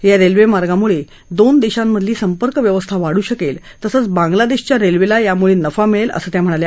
या रेल्वेमार्गामुळे दोन देशांमधली संपर्क व्यवस्था वादू शकेल तसंच बांगलादेशच्या रेल्वेला यामुळे नफा मिळेल असं त्या म्हणाल्या